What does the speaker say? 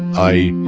i